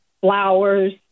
flowers